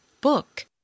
Book